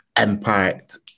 impact